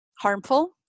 harmful